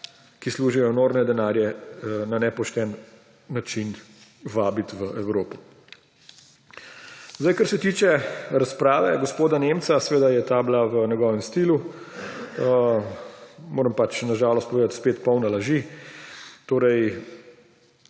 ki služijo enormne denarje na nepošten način, vabiti v Evropo. Kar se tiče razprave gospoda Nemca, seveda je ta bila v njegovem stilu, moram pač na žalost povedati, spet polna laži. Med